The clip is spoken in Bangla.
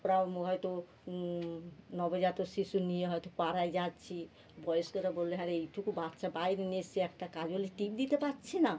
এরম হয়তো নবজাত শিশু নিয়ে হয়তো পাড়ায় যাচ্ছি বয়স্করা বললে হ্যাঁ রে এইটুকু বাচ্চা বাইরে নিয়ে এসেছি একটা কাজলের টিপ দিতে পারছি না